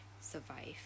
survive